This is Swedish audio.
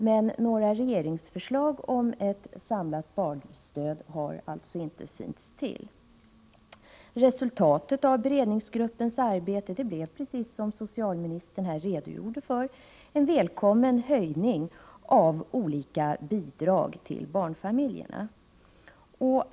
Men några regeringsförslag om ett samlat barnstöd har alltså inte synts till. Resultatet av beredningsgruppens arbete blev, precis som socialministern redogjorde för, en välkommen höjning av olika bidrag till barnfamiljerna.